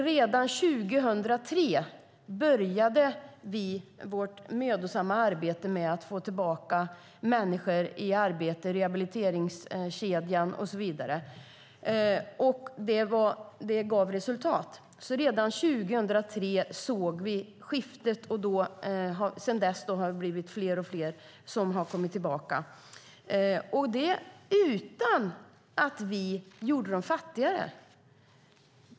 Redan 2003 började vi vårt mödosamma arbete med att få tillbaka människor i arbete genom rehabiliteringskedjan och så vidare. Det gav resultat. Redan 2003 såg vi skiftet. Sedan dess har fler och fler kommit tillbaka, och det utan att vi gjorde dem fattigare.